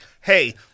hey